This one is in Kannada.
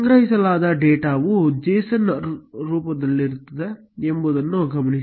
ಸಂಗ್ರಹಿಸಲಾದ ಡೇಟಾವು JSON ಸ್ವರೂಪದಲ್ಲಿದೆ ಎಂಬುದನ್ನು ಗಮನಿಸಿ